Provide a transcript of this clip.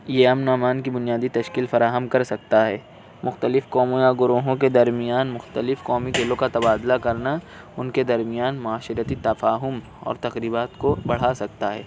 یہ امن و امان کی بنیادی تشکیل فراہم کر سکتا ہے مختلف قوموں یا گروہوں کے درمیان مختلف قومی دلوں کا تبادلہ کرنا ان کے درمیان معاشرتی تفاہم اور تقریبات کو بڑھا سکتا ہے